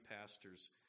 pastors